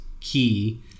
key